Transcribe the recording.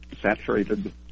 saturated